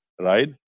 right